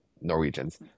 Norwegians